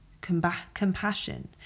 compassion